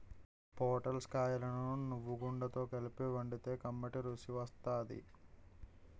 పొటల్స్ కాయలను నువ్వుగుండతో కలిపి వండితే కమ్మటి రుసి వత్తాది